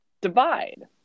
divide